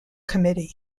committee